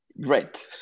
Great